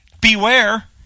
Beware